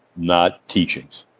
not teachings.